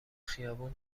خیابون